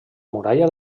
muralla